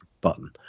button